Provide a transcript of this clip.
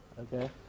okay